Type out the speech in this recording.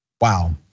wow